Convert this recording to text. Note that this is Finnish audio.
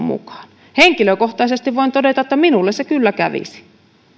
mukaan henkilökohtaisesti voin todeta että minulle se kyllä kävisi